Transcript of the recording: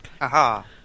Aha